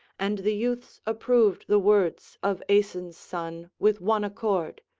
and the youths approved the words of aeson's son with one accord,